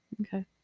Okay